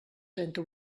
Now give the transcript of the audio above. trenta